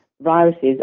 Viruses